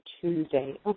Tuesday